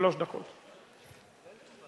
שלוש דקות לכל אחד.